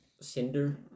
Cinder